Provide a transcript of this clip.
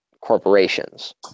corporations